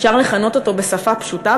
אפשר לכנות אותו בשפה פשוטה,